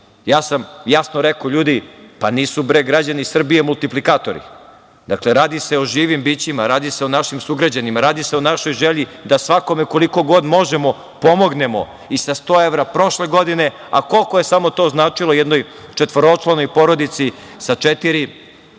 sam jasno rekao – ljudi, nisu građani Srbije multiplikatori. Radi se o živim bićima, radi se o našim sugrađanima, radi se o našoj želji da svakome koliko god možemo pomognemo, i sa 100 evra prošle godine, a koliko je samo to značilo jednoj četvoročlanoj porodici sa četiri